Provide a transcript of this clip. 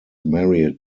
married